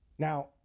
Now